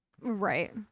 Right